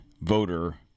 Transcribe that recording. voter